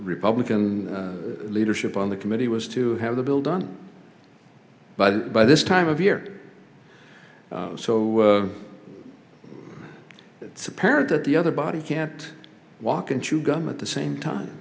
republican leadership on the committee was to have the bill done by the by this time of year so it's apparent that the other body can't walk and chew gum at the same time